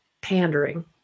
pandering